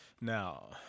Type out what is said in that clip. Now